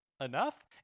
Enough